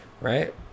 Right